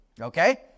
Okay